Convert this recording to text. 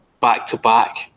back-to-back